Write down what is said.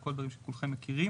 וכל הדברים שכולכם מכירים.